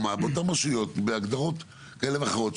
לאותן רשויות בהגדרות כאלה ואחרות,